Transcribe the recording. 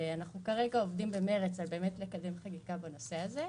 וכרגע אנחנו עובדים במרץ על קידום חקיקה בנושא הזה.